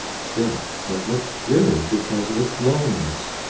still it looked dreary because of its loneliness,